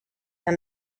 and